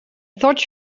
thought